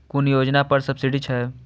कुन योजना पर सब्सिडी छै?